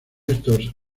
estos